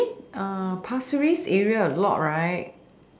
I mean pasir-ris area a lot right